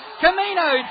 Camino